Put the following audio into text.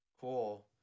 Cool